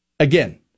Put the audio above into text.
Again